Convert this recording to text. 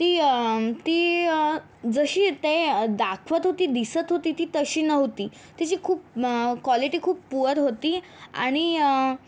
ती ती जशी ते दाखवत होती दिसत होती ती तशी नव्हती तिची खूप कॉलेटी खूप पुअर होती आणि